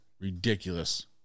ridiculous